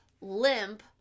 limp